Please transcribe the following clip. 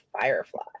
Firefly